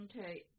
Okay